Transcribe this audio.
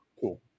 cool